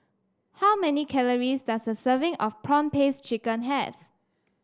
how many calories does a serving of prawn paste chicken have